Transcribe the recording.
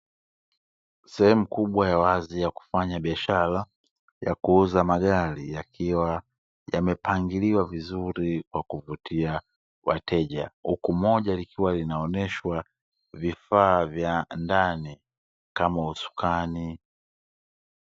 Sehemu kubwa ya wazi ya kufanya biashara ya kuuza magari yakiwa yamepangiliwa vizuri kwa kuvutia wateja, huku moja likiwa linaonyeshwa vifaa vya ndani kama usukani.